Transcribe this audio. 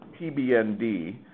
PBND